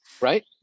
right